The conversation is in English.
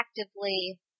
actively